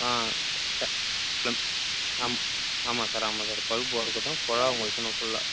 ஆ டே ஃப்ளம் ஆம் ஆமாம் சார் ஆமாம் சார் பைப்பு ஒர்க்கு தான் குழாய் வைக்கணும் ஃபுல்லாக